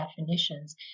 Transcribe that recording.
definitions